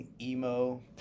emo